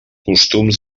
costums